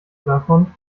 davon